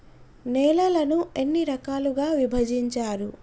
నేలలను ఎన్ని రకాలుగా విభజించారు?